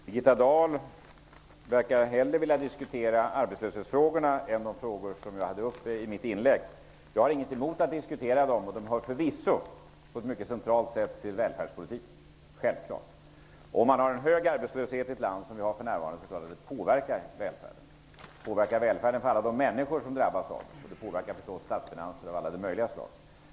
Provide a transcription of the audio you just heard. Herr talman! Birgitta Dahl verkar hellre vilja diskutera arbetslöshetsfrågorna än de frågor som jag tog upp i mitt inlägg. Jag har ingenting emot att diskutera dem, och de hör förvisso på ett mycket centralt sätt till välfärdspolitiken, självklart. Om man har en hög arbetslöshet i ett land, som vi för närvarande har, påverkar det välfärden och de människor som drabbas av den. Den påverkar naturligtvis statsfinanserna av alla de möjliga slag.